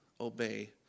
obey